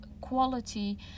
quality